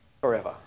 forever